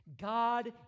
God